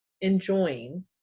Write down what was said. enjoying